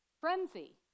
frenzy